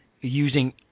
using